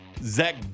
Zach